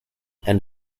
and